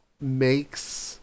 makes